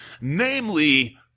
namely